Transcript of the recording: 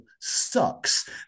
sucks